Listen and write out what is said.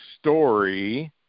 story